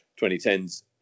2010s